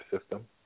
system